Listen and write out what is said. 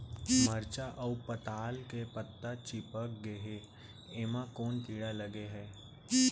मरचा अऊ पताल के पत्ता चिपक गे हे, एमा कोन कीड़ा लगे है?